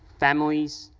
families,